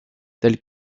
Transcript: tels